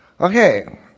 Okay